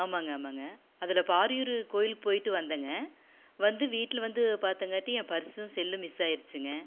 ஆமாங்க ஆமாங்க அதில் இப்போ ஆரியூர் கோவிலுக்கு போய்ட்டு வந்தேங்க வந்து வீட்டில் வந்து பார்த்தங்காட்டியும் என் பர்ஸ்ஸும் செல்லும் மிஸ் ஆகிடுச்சிங்க